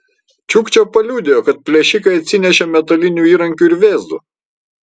čiukčė paliudijo kad plėšikai atsinešė metalinių įrankių ir vėzdų